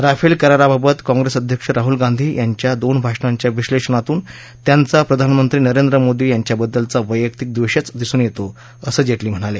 Rafale कराराबाबत Congress अध्यक्ष राहुल गांधी यांच्या दोन भाषणांच्या विश्लेषणातून त्यांचा प्रधानमंत्री नरेंद्र मोदी यांच्याबद्दलचा वैयक्तिक द्वेषच दिसून येतो असं जेटली म्हणाले